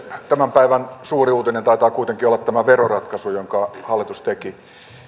tämän päivän suuri uutinen taitaa kuitenkin olla tämä veroratkaisu jonka hallitus teki